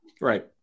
Right